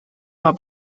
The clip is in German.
war